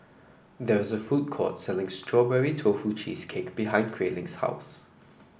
there is a food court selling Strawberry Tofu Cheesecake behind Grayling's house